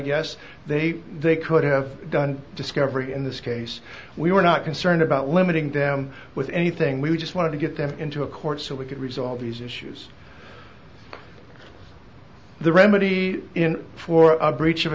guess they they could have done discovery in this case we were not concerned about limiting them with anything we just wanted to get them into a court so we could resolve these issues the remedy for a breach of